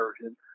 version